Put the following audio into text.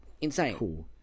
insane